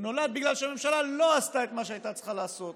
הוא נולד בגלל שהממשלה לא עשתה את מה שהיא הייתה צריכה לעשות.